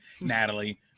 Natalie